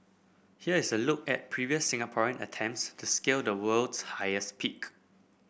here is a look at previous Singaporean attempts to scale the world's highest peak